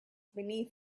beneath